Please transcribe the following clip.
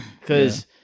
cause